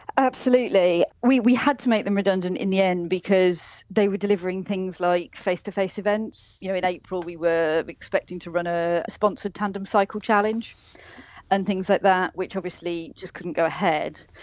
absolutely, we we had to make them redundant in the end because they were delivering things like face-to-face events. you know in april we were expecting to run a sponsored tandem cycle challenge and things like that which obviously, just couldn't go ahead.